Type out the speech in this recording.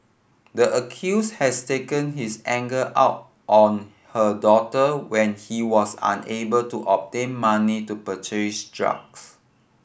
the accused has taken his anger out on her daughter when he was unable to obtain money to purchase drugs